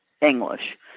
English